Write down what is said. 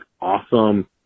awesome